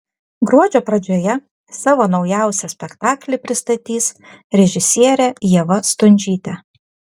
gruodžio pradžioje savo naujausią spektaklį pristatys režisierė ieva stundžytė